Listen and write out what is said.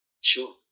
Sure